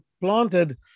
planted